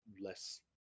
less